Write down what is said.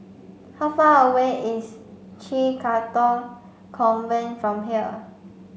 how far away is CHIJ Katong Convent from here